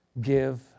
give